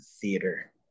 theater